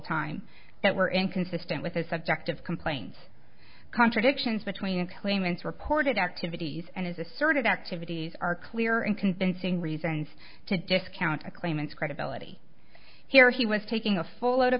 time that were inconsistent with his subjective complaints contradictions between claimants reported activities and his asserted activities are clear and convincing reasons to discount a claimant's credibility here he was taking a full load of